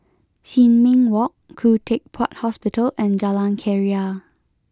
Sin Ming Walk Khoo Teck Puat Hospital and Jalan Keria